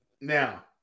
Now